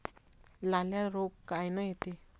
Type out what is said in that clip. लाल्या रोग कायनं येते?